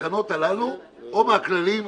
מהתקנות הללו או מהכללים.